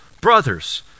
Brothers